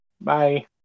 Bye